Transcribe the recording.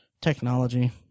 technology